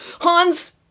Hans